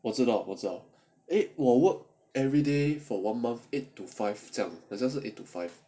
我知道我知道 eh we work every day for one month eight to five down 很像是 eight to five